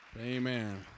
Amen